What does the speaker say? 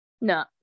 No